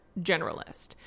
generalist